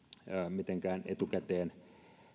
mitenkään etukäteen